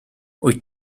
wyt